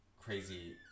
crazy